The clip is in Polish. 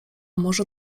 może